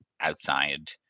outside